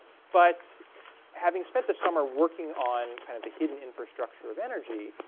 but having spent the summer working on kind of the hidden infrastructure of energy,